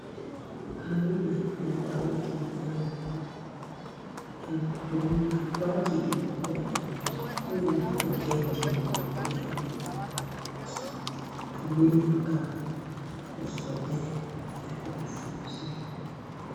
Aina ya dawati maalumu ya tumika kwa ajili ya wanafunzi kuketi na hutumika kusomea na kujifunzia.